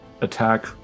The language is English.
attack